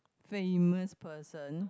famous person